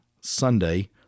Sunday